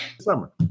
summer